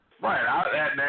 Right